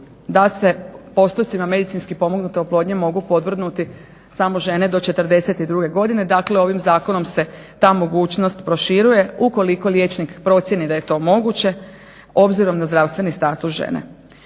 da se postupcima medicinske pomognute oplodnje mogu podvrgnuti samo žene do 42 godine dakle ovim zakonom se ta mogućnost proširuje ukoliko liječnik procijeni da je to moguće obzirom na zdravstveni status žene.